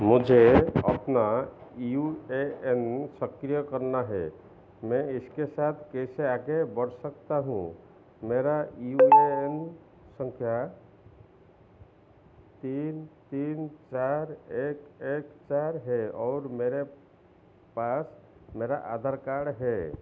मुझे अपना U A N सक्रिय करना है मैं इसके साथ कैसे आगे बढ़ सकता हूँ मेरी यू ए एन संख्या तीन तीन चार एक एक चार है और मेरे पास मेरा आधार कार्ड है